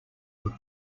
were